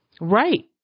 Right